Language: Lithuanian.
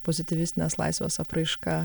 pozityvistinės laisvės apraiška